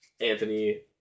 Anthony